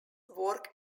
work